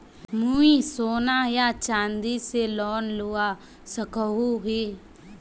मुई सोना या चाँदी से लोन लुबा सकोहो ही?